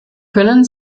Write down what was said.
können